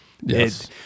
Yes